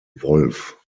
wolf